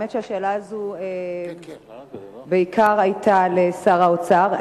האמת שהשאלה הזאת היתה בעיקר לשר האוצר.